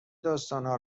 داستانها